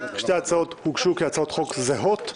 שתי ההצעות הוגשו כהצעות חוק זהות,